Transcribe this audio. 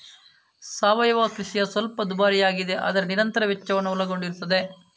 ಸಾವಯವ ಕೃಷಿಯು ಸ್ವಲ್ಪ ದುಬಾರಿಯಾಗಿದೆ ಮತ್ತು ನಿರಂತರ ವೆಚ್ಚವನ್ನು ಒಳಗೊಂಡಿರುತ್ತದೆ